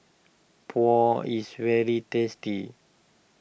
Pho is very tasty